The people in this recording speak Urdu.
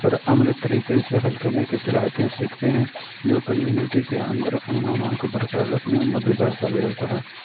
پرامن طریقے سے حل کرنے کی صلاحیتیں سیکھتے ہیں جو کمیونٹی کے اندر امن و امان کو برقرر رکھنے میں مددگار ثابت ہوتا ہے